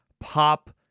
pop